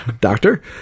doctor